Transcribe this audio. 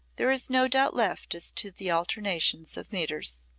there is no doubt left as to the alternations of metres.